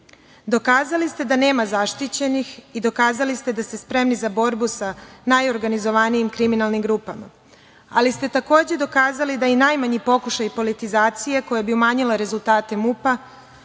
Dokazali ste da nema zaštićenih i dokazali ste da ste spremni za borbu sa najorganizovanijim kriminalnim grupama. Ali, takođe ste dokazali da i najmanji pokušaj politizacije koja bi umanjila rezultate MUP-a,